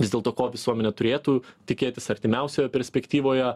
vis dėlto ko visuomenė turėtų tikėtis artimiausioje perspektyvoje